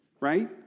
right